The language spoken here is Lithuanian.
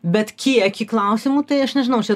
bet kiek į klausimų tai aš nežinau čia